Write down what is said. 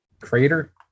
crater